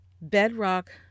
bedrock